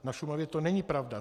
Na Šumavě to není pravda.